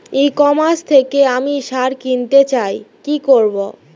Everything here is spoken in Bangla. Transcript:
ই কমার্স থেকে আমি সার কিনতে চাই কি করব?